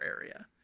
area